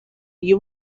you